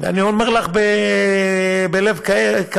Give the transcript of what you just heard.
ואני אומר לך בלב כבד,